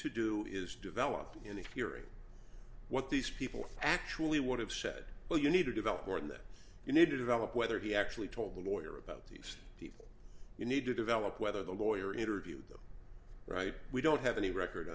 to do is develop in a fury what these people actually would have said well you need to develop more than that you need to develop whether he actually told the lawyer about these people you need to develop whether the lawyer interviewed them right we don't have any record